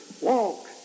walk